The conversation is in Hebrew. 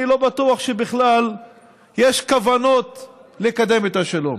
אני לא בטוח שבכלל יש כוונות לקדם את השלום.